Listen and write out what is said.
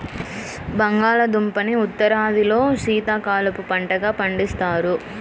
బంగాళాదుంపని ఉత్తరాదిలో శీతాకాలపు పంటగా పండిస్తారు